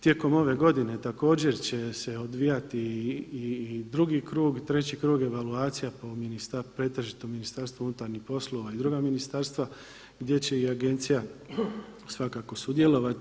Tijekom ove godine također će se odvijati i drugi krug i treći krug evaluacija po pretežito MUP-u i druga ministarstva gdje će i agencija svakako sudjelovati.